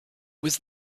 was